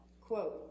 quote